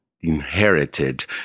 inherited